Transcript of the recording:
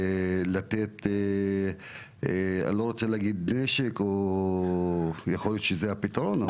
יכול להיות שזה הפתרון,